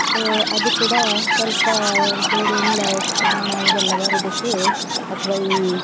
so ಅದು ಕೂಡ ಸ್ವಲ್ಪ ಬೇರೆ ಎಲ್ಲ ಸ್ ನೊಣ ಇದೆಲ್ಲ ಬರುವುದಕ್ಕೆ ಅಥ್ವಾ ಈ